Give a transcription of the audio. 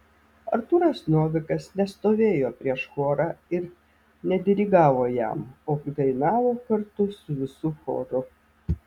artūras novikas nestovėjo prieš chorą ir nedirigavo jam o dainavo kartu su visu choru